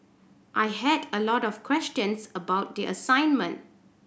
I had a lot of questions about the assignment